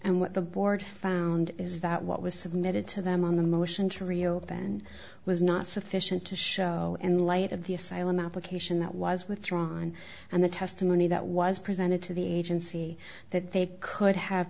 and what the board found is that what was submitted to them on the motion to reopen was not sufficient to show in light of the asylum application that was withdrawn and the testimony that was presented to the agency that they could have